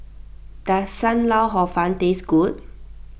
does Sam Lau Hor Fun taste good